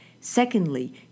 Secondly